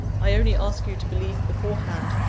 i only ask you to believe beforehand,